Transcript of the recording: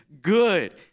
good